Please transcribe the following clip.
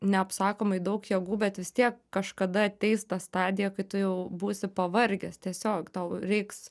neapsakomai daug jėgų bet vis tiek kažkada ateis ta stadija kai tu jau būsi pavargęs tiesiog tau reiks